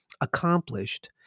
accomplished